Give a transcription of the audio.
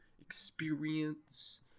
experience